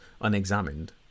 unexamined